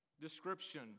description